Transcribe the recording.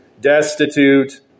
destitute